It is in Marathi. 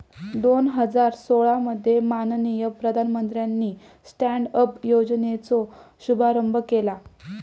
दोन हजार सोळा मध्ये माननीय प्रधानमंत्र्यानी स्टॅन्ड अप योजनेचो शुभारंभ केला